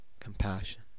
compassion